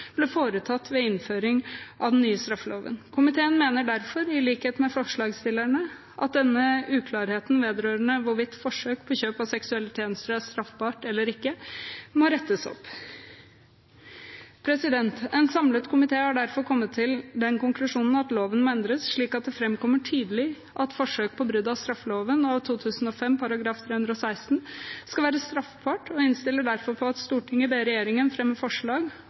den nye straffeloven. Komiteen mener derfor, i likhet med forslagsstillerne, at denne uklarheten vedrørende hvorvidt forsøk på kjøp av seksuelle tjenester er straffbart eller ikke, må rettes opp. En samlet komité har derfor kommet til den konklusjonen at loven må endres, slik at det framkommer tydelig at forsøk på brudd på straffeloven av 2005 § 316 skal være straffbart, og innstiller derfor på at Stortinget ber regjeringen fremme forslag